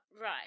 right